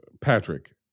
Patrick